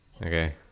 Okay